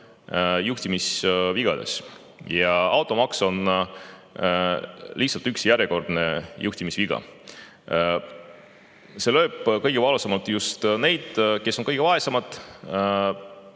juhtimisvigades. Automaks on lihtsalt järjekordne juhtimisviga. See lööb kõige valusamalt just neid, kes on kõige vaesemad.